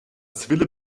zwille